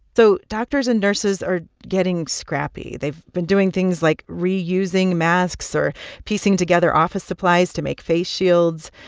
so doctors and nurses are getting scrappy. they've been doing things like reusing masks or piecing together office supplies to make face shields.